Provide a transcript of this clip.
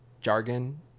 jargon